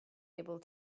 able